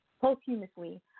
posthumously